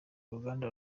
uruganda